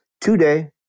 today